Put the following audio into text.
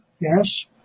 Yes